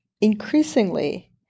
increasingly